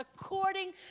according